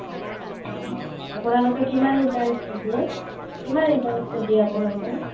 আপোনালোকে কিমান ইণ্টাৰেষ্টত দিয়ে কিমান ইণ্টাৰেষ্টত দিয়ে আপোনালোকে